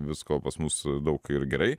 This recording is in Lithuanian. visko pas mus daug ir gerai